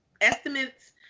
estimates